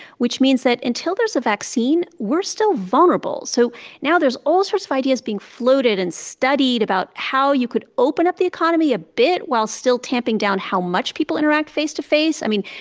which means that until there's a vaccine, we're still vulnerable so now there's all sorts of ideas being floated and studied about how you could open up the economy a bit while still tamping down how much people interact face to face. i mean,